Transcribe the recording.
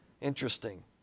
Interesting